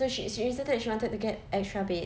so she she insisted she wanted to get extra bed